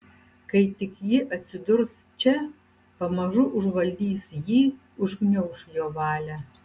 kai tik ji atsidurs čia pamažu užvaldys jį užgniauš jo valią